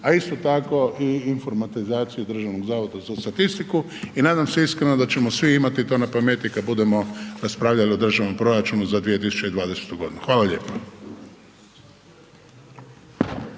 a isto tako i informatizaciju u Državnom zavodu za statistiku i nadam se iskreno da ćemo svi imati to na pameti kad budemo raspravljali o državnom proračunu za 2020. godinu. Hvala lijepa.